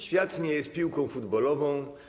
Świat nie jest piłką footballową,